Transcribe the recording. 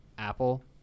Apple